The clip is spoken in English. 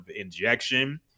injection